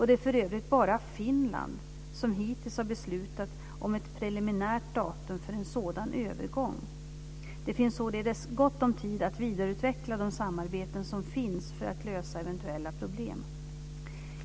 Det är för övrigt bara Finland som hittills har beslutat om ett preliminärt datum för en sådan övergång. Det finns således gott om tid att vidareutveckla det samarbete som finns för att lösa eventuella problem.